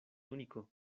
único